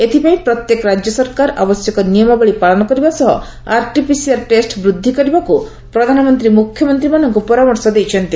ଏଥିପାଇଁ ପ୍ରତ୍ୟେକ ରାଜ୍ୟ ସରକାର ଆବଶ୍ୟକ ନିୟମାବଳୀ ପାଳନ କରିବା ସହ ଆର୍ଟିପିସିଆର୍ ଟେଷ୍ଟ ବୃଦ୍ଧି କରିବାକୁ ପ୍ରଧାନମନ୍ତୀ ମୁଖ୍ୟମନ୍ତୀମାନଙ୍କୁ ପରାମର୍ଶ ଦେଇଛନ୍ତି